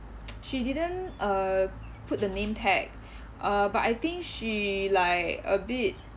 she didn't uh put the name tag uh but I think she like a bit